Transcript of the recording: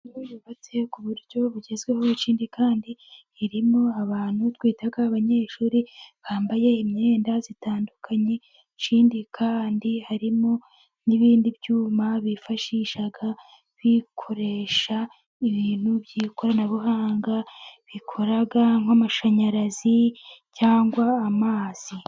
Inzu yubatse ku buryo bugezweho, ikindi kandi irimo abantu twita abanyeshuri bambaye imyenda itandukanye, ikindi kandi harimo n'ibindi byuma bifashisha, bikoresha ibintu by'ikoranabuhanga, bikora nk'amashanyarazi cyangwa amazi.